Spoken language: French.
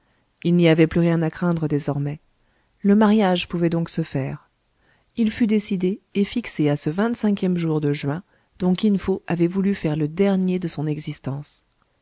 il n'y avait plus rien à craindre désormais le mariage pouvait donc se faire il fut décidé et fixé à ce vingt-cinquième jour de juin dont kin fo avait voulu faire le dernier de son existence